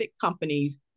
companies